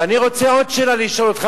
ואני רוצה עוד שאלה לשאול אותך,